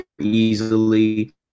easily